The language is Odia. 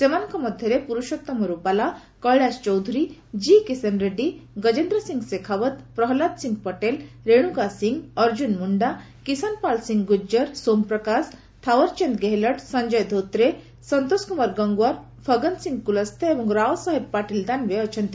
ସେମାନଙ୍କ ମଧ୍ୟରେ ପୁରୁଷୋତ୍ତମ ରୁପାଲା କୈଳାସ ଚୌଧୁରୀ ଜି କିଶେନ୍ ରେଡ୍ଥୀ ଗଜେନ୍ଦ୍ର ସିଂ ଶେଖାଓ୍ୱତ୍ ପ୍ରହଲ୍ଲାଦ ସିଂହ ପଟେଲ୍ ରେଣୁକା ସିଂହ ଅର୍ଜ୍ଜୁନ ମୁଣ୍ଡା କିଶାନ୍ ପାଲ୍ ସିଂ ଗୁଜର ସୋମ୍ ପ୍ରକାଶ ଥାଓ୍ୱରଚାନ୍ଦ୍ ଗେହଲଟ୍ ସଞ୍ଜୟ ଧୋତ୍ରେ ସନ୍ତୋଷ କୁମାର ଗଙ୍ଗୱାର୍ ଫଗନ୍ ସିଂ କୁଲସ୍ତେ ଏବଂ ରାଓ ସାହେବ ପାଟିଲ୍ ଦାନ୍ବେ ଅଛନ୍ତି